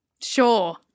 Sure